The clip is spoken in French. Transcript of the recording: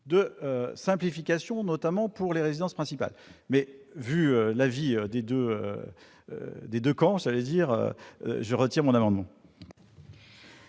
de simplifications, notamment pour les résidences principales. Toutefois, vu l'avis des deux camps, je retire mon amendement,